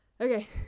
okay